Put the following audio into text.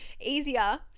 easier